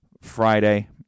Friday